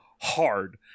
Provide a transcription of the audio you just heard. hard